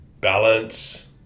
balance